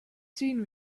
soon